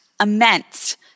immense